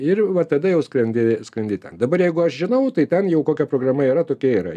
ir va tada jau skrendi skrendi ten dabar jeigu aš žinau tai ten jau kokia programa yra tokia yra